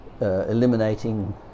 eliminating